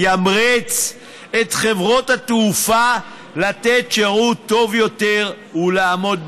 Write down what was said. ימריץ את חברות התעופה לתת שירות טוב יותר ולעמוד בזמנים.